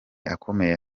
akomeye